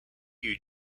you